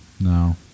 No